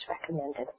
recommended